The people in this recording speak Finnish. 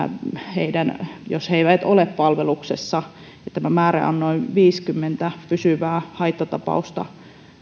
silloin jos he eivät ole palveluksessa vuosittain tämä määrä on noin viisikymmentä pysyvää haittatapausta